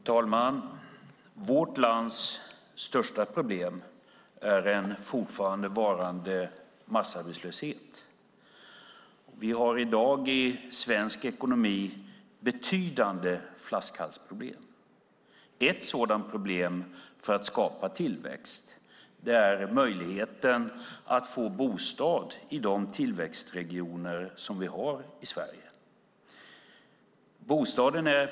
Herr talman! Vårt lands största problem är en pågående massarbetslöshet. Vi har betydande flaskhalsproblem i svensk ekonomi i dag. Ett problem när det gäller att skapa tillväxt är möjligheten att få bostad i de tillväxtregioner som vi har i Sverige.